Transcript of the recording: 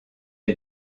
est